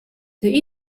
the